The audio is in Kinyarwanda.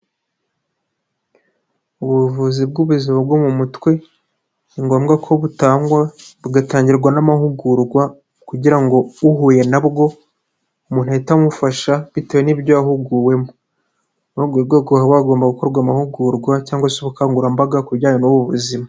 Ubuvuzi bw'ubuzima bwo mu mutwe ni ngombwa ko butangwa bugatangirwa n'amahugurwa kugira ngo uhuye nabwo umuntu ahite amufasha bitewe n'ibyo yahuguwemo. Ni muri urwo rwego haba hagomba gukorwa amahugurwa cyangwa se ubukangurambaga ku bijyanye n'ubu buzima.